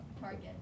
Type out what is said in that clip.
target